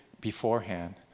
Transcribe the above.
beforehand